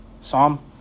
Psalm